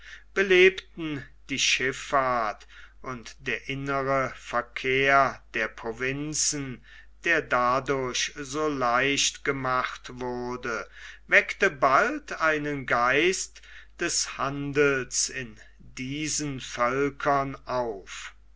belebten die schifffahrt und der innere verkehr der provinzen der dadurch so leicht gemacht wurde weckte bald einen geist des handels in diesen völkern auf